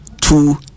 two